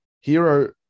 Hero